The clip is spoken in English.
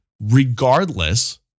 regardless